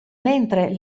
mentre